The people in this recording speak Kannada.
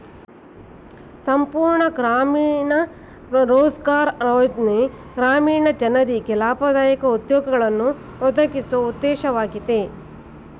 ಸಂಪೂರ್ಣ ಗ್ರಾಮೀಣ ರೋಜ್ಗಾರ್ ಯೋಜ್ನ ಗ್ರಾಮೀಣ ಬಡವರಿಗೆ ಲಾಭದಾಯಕ ಉದ್ಯೋಗಗಳನ್ನು ಒದಗಿಸುವ ಉದ್ದೇಶವಾಗಿದೆ